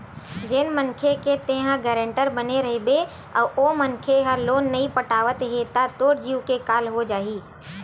जेन मनखे के तेंहा गारेंटर बने रहिबे अउ ओ मनखे ह लोन नइ पटावत हे त तोर जींव के काल हो जाही